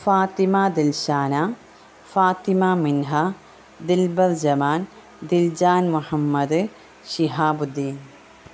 Fathima Dilshana Fathima Minha Dilbar Jaman Diljan Muhammad Shihabuddin